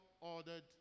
ordered